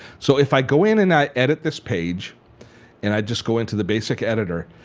so if i go in and i edit this page and i just go into the basic editor,